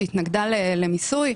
שהתנגדה למיסוי.